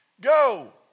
go